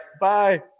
Bye